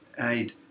aid